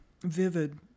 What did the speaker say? vivid